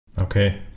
Okay